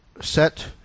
set